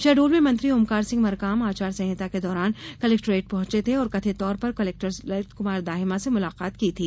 शहडोल में मंत्री ओमकार सिंह मरकाम आचार संहिता के दौरान कलेक्टोरेट पहुंचे थे और कथित तौर पर कलेक्टर ललित कुमार दाहिमा से मुलाकात की थी